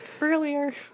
earlier